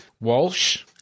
Walsh